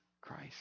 Christ